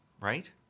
Right